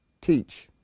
teach